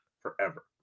forever